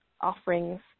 offerings